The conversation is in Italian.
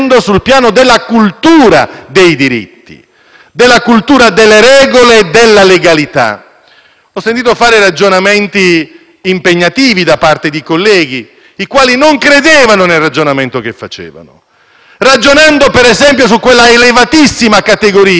Ho sentito fare ragionamenti impegnativi da parte di colleghi, i quali non credevano nel ragionamento che facevano, argomentando, ad esempio, su quella elevatissima categoria che è l'interesse pubblico prevalente: l'ordinamento si piega